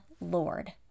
Lord